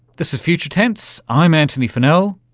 this is future tense, i'm antony funnell,